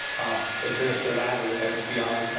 administer that and s p i.